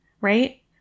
right